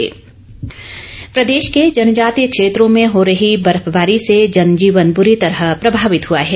मौसम प्रदेश के जनजातीय क्षेत्रों में हो रही बर्फवारी से जनजीवन बुरी तरह प्रभावित हुआ है